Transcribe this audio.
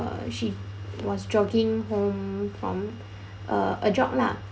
she was jogging home from uh a job lah